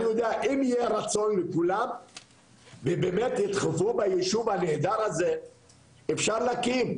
אני יודע שאם יהיה רצון לכולם ובאמת ידחפו ביישוב הנהדר הזה אפשר להקים,